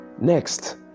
next